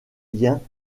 liens